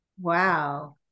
Wow